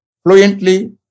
fluently